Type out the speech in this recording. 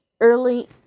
early